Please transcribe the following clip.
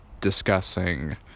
discussing